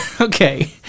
okay